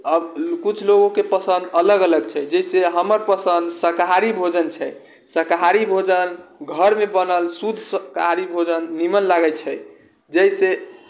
अब किछु लोग लोगोके पसन्द अलग अलग छै जैसे हमर पसन्द शाकाहारी भोजन छै शाकाहारी भोजन घरमे बनल शुद्ध शाकाहारी भोजन नीमन लागैत छै जैसे